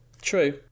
True